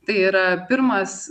tai yra pirmas